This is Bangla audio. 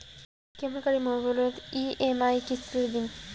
কেমন করি মোর মোবাইলের ই.এম.আই কিস্তি টা দিম?